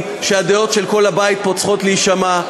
שהדעות של כל חברי הבית פה צריכות להישמע.